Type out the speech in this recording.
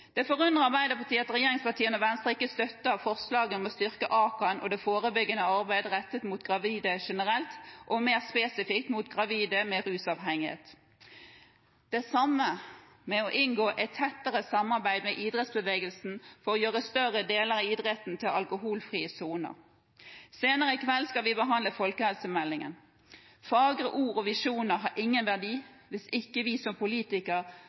Det forundrer Arbeiderpartiet at regjeringspartiene og Venstre ikke støtter forslaget om å styrke AKAN og det forebyggende arbeidet rettet mot gravide generelt og mer spesifikt mot gravide med rusavhengighet, og det samme med hensyn til å inngå et tettere samarbeid med idrettsbevegelsen for å gjøre større deler av idretten til alkoholfrie soner. Senere i kveld skal vi behandle folkehelsemeldingen. Fagre ord og visjoner har ingen verdi hvis ikke vi som politikere